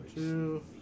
Two